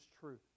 truth